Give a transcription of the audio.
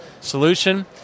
solution